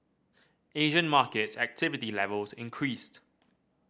Asian markets activity levels increased